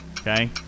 okay